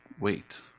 wait